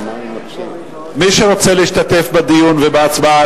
מי שרוצה להשתתף בדיון ובהצבעה,